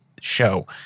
show